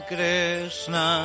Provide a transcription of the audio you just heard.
Krishna